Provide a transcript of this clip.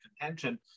contention